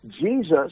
Jesus